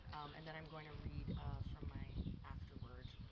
and then i'm going to read from my afterward.